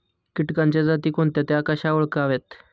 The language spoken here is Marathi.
किटकांच्या जाती कोणत्या? त्या कशा ओळखाव्यात?